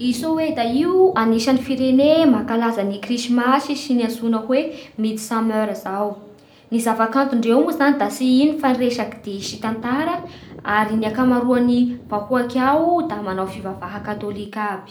I Soeda io anisan'ny firene mankalaza ny krismasy sy ny antsoina hoe mid summer zao. Ny zava-kantondreo moa zany de tsy ino fa resaky dihy sy tantara, ary ny akamaroan'ny vahoaky ao da manao fivavaha katôlika aby